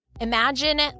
Imagine